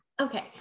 Okay